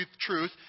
truth